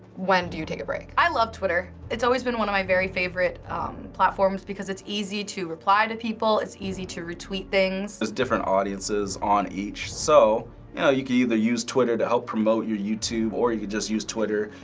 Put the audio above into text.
when do you take a break? i love twitter. it's always been one of my very favorite platforms because it's easy to reply to people, it's easy to retweet things. there's different audiences on each, so you know, you could either use twitter to help promote your youtube or you could just use twitter,